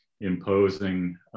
imposing